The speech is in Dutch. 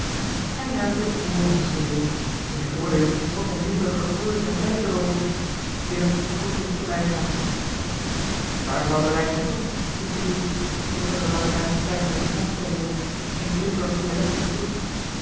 hij naderde eene boerenhofstede in de voordeur stond een limburger boer zijne pijp te rooken willem groette in t voorbijgaan waar zal de reis naar toe riep de boer zonder de lange duitsche pijp uit den mond te nemen in t limburgsch dialect hem toe